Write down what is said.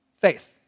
faith